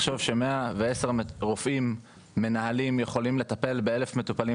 לחשוב ש-110 רופאים מנהלים יכולים לטפל באלף מטופלים,